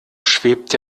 schwebt